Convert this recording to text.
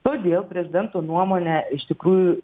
todėl prezidento nuomone iš tikrųjų